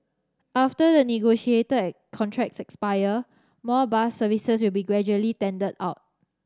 after the negotiated contracts expire more bus services will be gradually tendered out